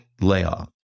layoff